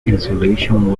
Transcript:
insulation